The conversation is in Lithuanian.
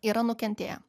yra nukentėję